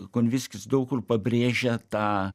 konvickis daug kur pabrėžia tą